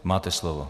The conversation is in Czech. Máte slovo.